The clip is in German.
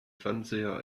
fernseher